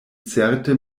certe